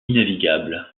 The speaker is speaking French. navigable